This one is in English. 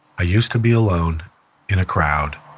i used to be alone in a crowd